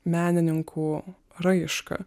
menininkų raišką